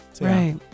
right